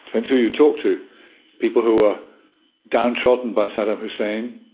until you talk to people who were downtrodden by saddam hussein,